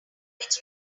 which